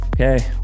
Okay